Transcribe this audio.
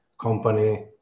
company